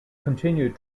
continued